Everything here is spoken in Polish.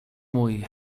mój